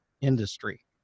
industry